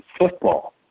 football